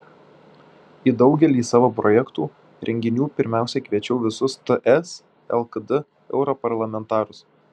į daugelį savo projektų renginių pirmiausia kviečiau visus ts lkd europarlamentarus